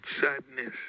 sadness